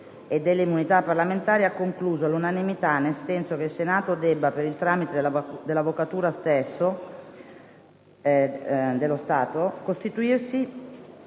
e delle immunità parlamentari ha concluso all'unanimità nel senso che il Senato debba, per il tramite dell'Avvocatura dello Stato, costituirsi